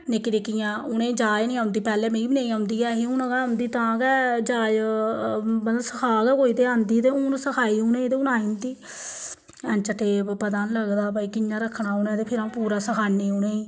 निक्की निक्कियां उ'नें गी जाह्च निं आंदी पैहलें मिगी बी नेईं आंदी ऐ ही हून गै आंदी तां गै जाह्च मतलब सखाग गै कोई ते आंदी ते हून सखाई उ'नें गी ते हून आई जंदी एंचीटेप पता निं लगदा भाई कि'यां रक्खना उ'नें ते फिर अ'ऊं पूरा सखानी उ'नें गी